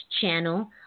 channel